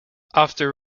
after